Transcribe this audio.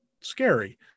scary